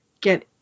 get